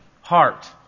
heart